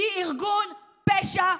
היא ארגון פשע מאורגן.